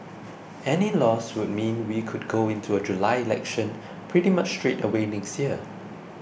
any loss would mean we could go into a July election pretty much straight away next year